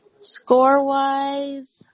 Score-wise